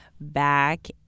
back